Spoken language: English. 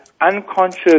unconscious